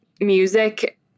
music